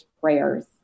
prayers